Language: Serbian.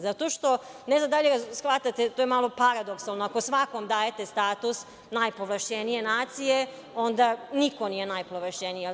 Zato što, ne znam da li shvatate, to je malo paradoksalno, ako svakom dajete status najpovlašćenije nacije, onda niko nije najpovlašćenija.